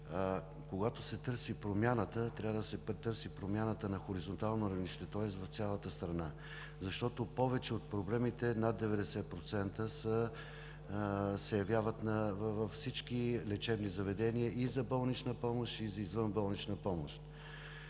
когато се търси промяната, трябва да се потърси промяната на хоризонтално равнище, тоест в цялата страна, защото повече от проблемите – над 90%, се явяват във всички лечебни заведения и за болнична помощ, и за извънболнична помощ.